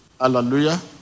Hallelujah